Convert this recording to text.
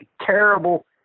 terrible